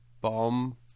bomb